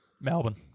Melbourne